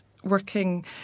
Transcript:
working